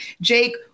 Jake